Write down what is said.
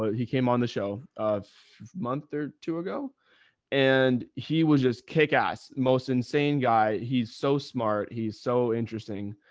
he came on the show a month or two ago and he was just kick ass, most insane guy. he's so smart. he's so interesting.